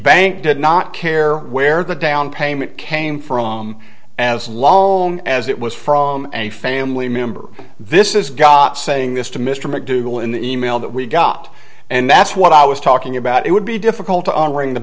bank did not care where the down payment came from as long as it was from a family member this is got saying this to mr mcdougal in the e mail that we got and that's what i was talking about it would be difficult to unring the